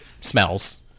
smells